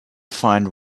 find